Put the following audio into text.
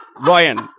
Ryan